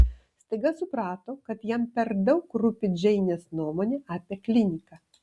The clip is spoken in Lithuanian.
staiga suprato kad jam per daug rūpi džeinės nuomonė apie kliniką